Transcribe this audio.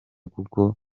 kuko